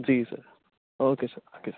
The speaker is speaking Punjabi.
ਜੀ ਸਰ ਓਕੇ ਸਰ ਓਕੇ